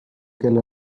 kel